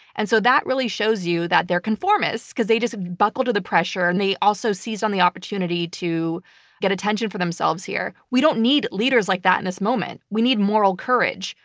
and so that really shows you that they're conformists, because they just buckled to the pressure, and they also seize on the opportunity to get attention for themselves here. we don't need leaders like that in this moment. we need moral courage.